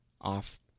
off